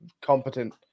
competent